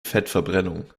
fettverbrennung